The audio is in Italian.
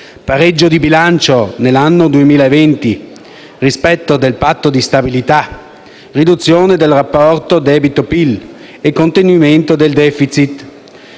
pareggio di bilancio nel 2020; rispetto del Patto di stabilità; riduzione del rapporto debito-PIL e contenimento del *deficit*.